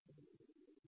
എനിക്ക് എന്ത് കിട്ടും